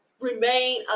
remain